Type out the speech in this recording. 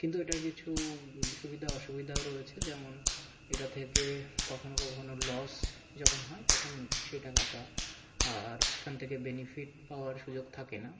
কিন্তু এটার কিছু সুবিধা অসুবিধাও রয়েছে যেমন এটা থেকে কখনও কখনও লস যখন হয় তখন সেই টাকাটা আর সেখান থেকে বেনিফিট পাওয়ার সুযোগ থাকে না